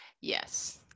Yes